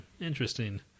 Interesting